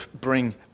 bring